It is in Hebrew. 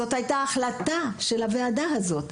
זו הייתה החלטה של הוועדה הזו.